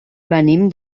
venim